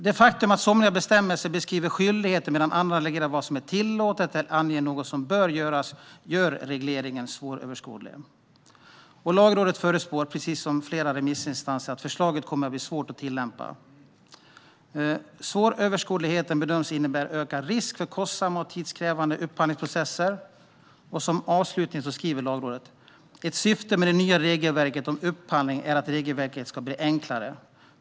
Det faktum att somliga bestämmelser beskriver skyldigheter medan andra reglerar vad som är tillåtet eller anger att något bör göras gör regleringen svåröverskådlig. Lagrådet förutspår, precis som flera remissinstanser, att förslaget kommer att bli svårt att tillämpa. Svåröverskådligheten bedöms innebära ökad risk för kostsamma och tidskrävande upphandlingsprocesser. Som avslutning skriver Lagrådet: "Ett syfte med det nya regelverket om upphandling är att reglerna ska bli enklare.